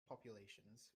populations